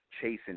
chasing